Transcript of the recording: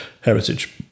heritage